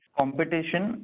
competition